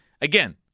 again